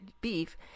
beef